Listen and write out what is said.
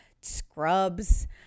Scrubs